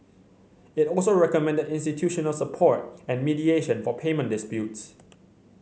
it also recommended institutional support and mediation for payment disputes